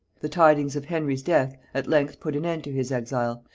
the tidings of henry's death at length put an end to his exile,